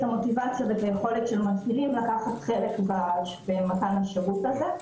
המוטיבציה והיכולת של מפעילים לקחת חלק במתן השירות הזה.